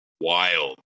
wild